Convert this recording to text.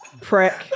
Prick